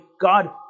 God